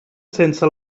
sense